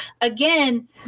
again